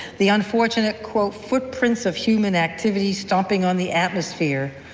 the unfortunate quote footprints of human activity stomping on the atmosphere,